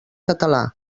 català